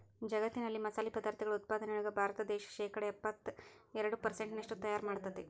ಜಗ್ಗತ್ತಿನ ಮಸಾಲಿ ಪದಾರ್ಥಗಳ ಉತ್ಪಾದನೆಯೊಳಗ ಭಾರತ ದೇಶ ಶೇಕಡಾ ಎಪ್ಪತ್ತೆರಡು ಪೆರ್ಸೆಂಟ್ನಷ್ಟು ತಯಾರ್ ಮಾಡ್ತೆತಿ